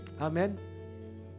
Amen